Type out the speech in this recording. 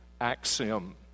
axiom